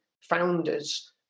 founders